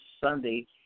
Sunday